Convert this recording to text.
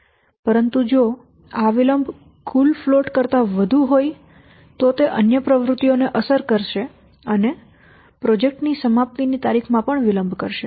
પરંતુ જો વિલંબ કુલ ફ્લોટ કરતા વધુ હોય તો તે અન્ય પ્રવૃત્તિઓને અસર કરી શકે છે જે પ્રોજેક્ટ ની સમાપ્તિની તારીખમાં વિલંબ કરશે